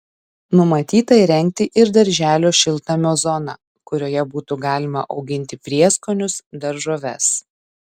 numatyta įrengti ir darželio šiltnamio zoną kurioje būtų galima auginti prieskonius daržoves